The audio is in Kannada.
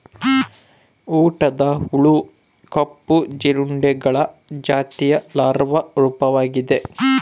ಊಟದ ಹುಳು ಕಪ್ಪು ಜೀರುಂಡೆಗಳ ಜಾತಿಯ ಲಾರ್ವಾ ರೂಪವಾಗಿದೆ